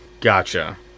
Gotcha